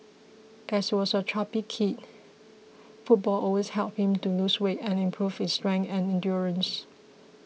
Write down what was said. as he was a chubby kid football always helped him to lose weight and improve his strength and endurance